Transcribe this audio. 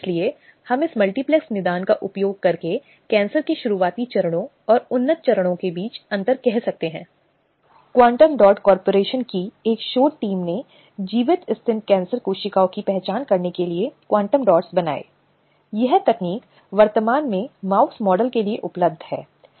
इसे अलग अलग तथ्यों और परिस्थितियों के अनुसार देखा जाना चाहिए जैसा कि व्यवहार किए गए शब्दों के रूप में बोले गए शब्दों या इशारों से व्यक्तिपरक तरीके से यह समझना होगा कि इसमें यौन उत्पीड़न का कार्य शामिल है या नहीं